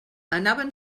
anaven